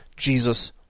Jesus